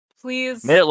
Please